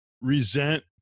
resent